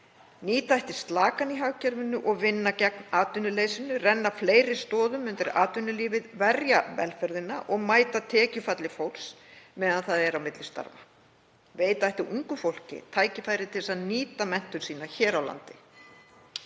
Nýta ætti slakann í hagkerfinu og vinna gegn atvinnuleysinu, renna fleiri stoðum undir atvinnulífið, verja velferðina og mæta tekjufalli fólks meðan það er á milli starfa. Veita ætti ungu fólki tækifæri til að nýta menntun sína hér á landi.